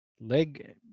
leg